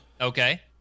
Okay